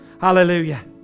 Hallelujah